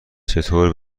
چطور